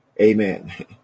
Amen